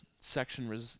section